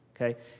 Okay